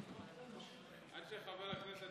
עד שחבר הכנסת